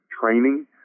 training